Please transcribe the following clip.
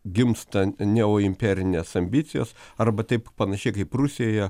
gimsta neoimperinės ambicijos arba taip panašiai kaip rusijoje